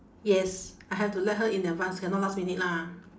yes I have to let her in advance cannot last minute lah